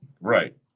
right